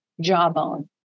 jawbone